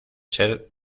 ser